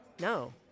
No